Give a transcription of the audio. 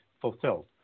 fulfilled